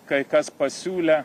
kai kas pasiūlė